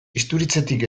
isturitzetik